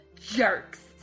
jerks